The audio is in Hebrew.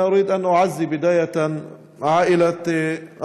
אני רוצה בתחילת דברי להביע תנחומים